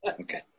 Okay